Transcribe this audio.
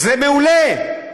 זה מעולה.